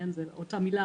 זו אותה מילה,